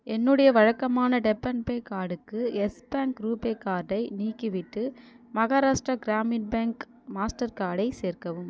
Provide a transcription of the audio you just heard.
என்னுடைய வழக்கமான tap and pay கார்டுக்கு யெஸ் பேங்க் ரூபே கார்டை நீக்கிவிட்டு மஹாராஷ்ரா கிராமின் பேங்க் மாஸ்டர் கார்டை சேர்க்கவும்